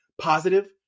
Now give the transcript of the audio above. positive